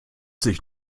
sich